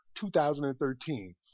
2013